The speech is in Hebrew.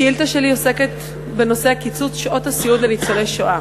השאילתה שלי עוסקת בנושא קיצוץ שעות הסיעוד לניצולי שואה.